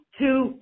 two